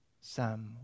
Sam